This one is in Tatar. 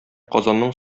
казанның